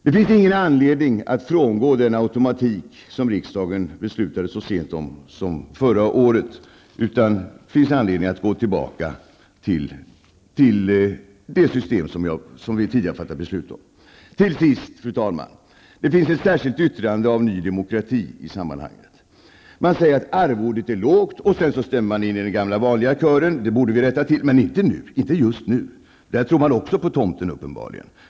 Det finns ingen anledning att frångå den automatik som riksdagen beslutade om så sent som förra året, utan det finns anledning att gå tillbaka till det system vi tidigare fattade beslut om. Till sist, fru talman, finns i sammanhanget ett särskilt yttrande från Ny Demokrati. Man säger att arvodet är lågt, och sedan stämmer man in i den gamla vanliga kören: Det borde vi rätta till, men inte just nu! Där tror man uppenbarligen också på tomten.